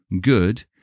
good